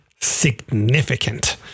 significant